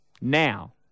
now